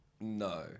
No